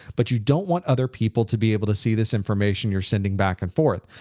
but you don't want other people to be able to see this information you're sending back and forth.